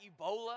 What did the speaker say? ebola